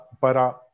Para